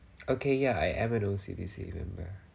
okay ya I am an O_C_B_C member